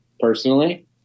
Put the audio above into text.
personally